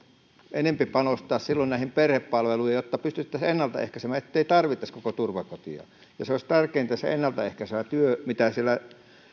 enempi panostaa silloin näihin perhepalveluihin jotta pystyttäisiin ennaltaehkäisemään ettei tarvittaisi koko turvakotia tärkeintä olisi se ennaltaehkäisevä työ mitä siellä